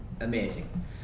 amazing